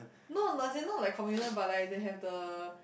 no not as in no like communism but like they have the